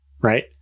Right